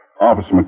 Officer